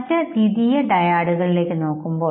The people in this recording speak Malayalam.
മറ്റ് ദ്വിതീയ ഡയാഡുകളിലേക്ക് നോക്കാം